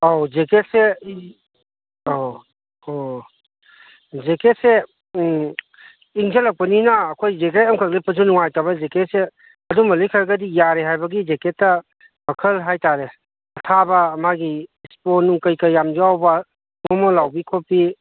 ꯑꯧ ꯖꯦꯛꯀꯦꯠꯁꯦ ꯑꯧ ꯑꯣ ꯖꯦꯛꯀꯦꯠꯁꯦ ꯏꯪꯁꯤꯜꯂꯛꯄꯅꯤꯅ ꯑꯩꯈꯣꯏ ꯖꯦꯛꯀꯦꯠ ꯑꯃꯈꯛ ꯂꯤꯠꯄꯁꯨ ꯅꯨꯡꯉꯥꯏꯇꯕ ꯖꯦꯛꯀꯦꯠꯁꯦ ꯑꯗꯨ ꯑꯃ ꯂꯤꯠꯈ꯭ꯔꯒꯗꯤ ꯌꯥꯔꯦ ꯍꯥꯏꯕꯒꯤ ꯖꯦꯛꯀꯦꯠꯇ ꯃꯈꯜ ꯍꯥꯏꯇꯥꯔꯦ ꯑꯊꯥꯕ ꯃꯥꯒꯤ ꯏꯁꯄꯣꯟꯁꯅꯨꯡ ꯀꯩꯀꯩ ꯌꯥꯝ ꯌꯥꯎꯕ ꯃꯣꯃꯣꯟ ꯂꯥꯎꯕꯤ ꯈꯣꯠꯄꯤ